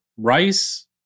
Rice